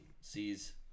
sees